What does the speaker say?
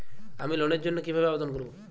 আমি লোনের জন্য কিভাবে আবেদন করব?